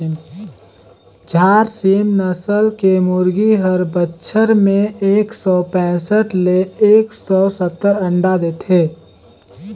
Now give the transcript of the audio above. झारसीम नसल के मुरगी हर बच्छर में एक सौ पैसठ ले एक सौ सत्तर अंडा देथे